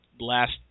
last